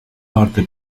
parte